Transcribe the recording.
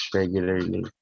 regularly